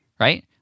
right